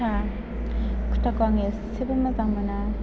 कुर्ता कुर्ताखौ आङो एसेबो मोजां मोना